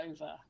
over